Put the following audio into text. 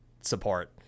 support